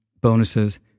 bonuses